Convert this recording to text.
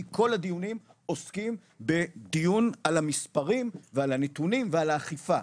כי כל הדיונים עוסקים בדיון על המספרים ועל הנתונים ועל האכיפה,